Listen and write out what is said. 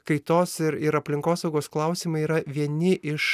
kaitos ir ir aplinkosaugos klausimai yra vieni iš